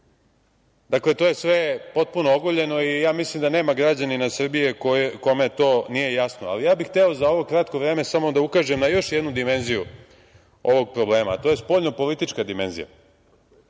Dakle, to je sve potpuno ogoljeno i mislim da nema građanina Srbije kome to nije jasno. Hteo bih za ovo kratko vreme da ukažem na još jednu dimenziju ovog problema, a to je spoljnopolitička dimenzija.